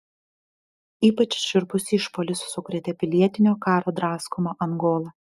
ypač šiurpus išpuolis sukrėtė pilietinio karo draskomą angolą